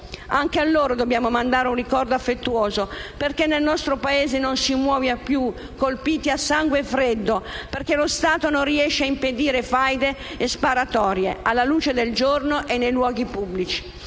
Anche a loro dobbiamo mandare un ricordo affettuoso perché nel nostro Paese non si muoia più colpiti a sangue freddo perché lo Stato non riesce ad impedire faide e sparatorie alla luce del giorno e nei luoghi pubblici.